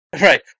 Right